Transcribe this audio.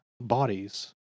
bodies